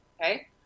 okay